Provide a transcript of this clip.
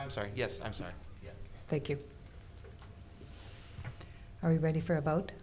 i'm sorry yes i'm sorry thank you are you ready for about